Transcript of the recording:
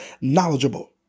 knowledgeable